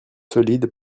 solide